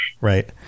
right